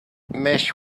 mesh